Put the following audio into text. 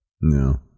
No